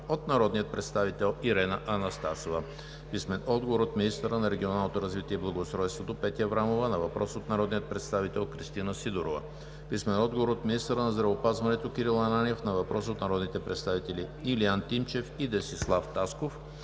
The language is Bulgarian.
от народния представител Ирена Анастасова; - министъра на регионалното развитие и благоустройството Петя Аврамова на въпрос от народния представител Кристина Сидорова; - министъра на здравеопазването Кирил Ананиев на въпрос от народните представители Илиян Тимчев и Десислав Тасков;